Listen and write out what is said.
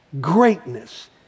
greatness